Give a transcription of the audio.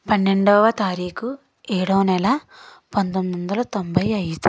పన్నెండోవ తారీకు ఏడొవ నెల పంతొమ్మిదొందల తొంభై ఐదు